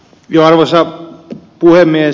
arvoisa puhemies